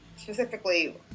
Specifically